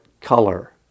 color